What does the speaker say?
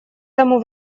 тому